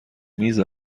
میز